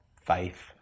faith